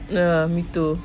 ya me too